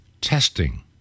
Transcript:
testing